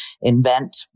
invent